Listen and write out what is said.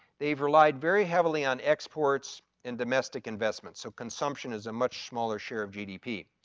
they've relied very heavily on exports, and domestic investments, so consumption is a much smaller share of gdp.